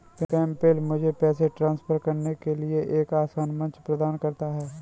PayPal मुझे पैसे transfer करने के लिए एक आसान मंच प्रदान करता है